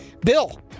Bill